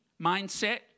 mindset